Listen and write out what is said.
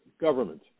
government